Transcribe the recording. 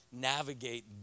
navigate